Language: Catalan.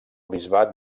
bisbat